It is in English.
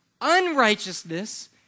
Unrighteousness